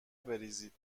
بریزید